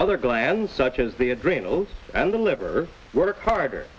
other glands such as the adrenals and the liver work harder